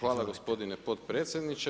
Hvala gospodine potpredsjedniče.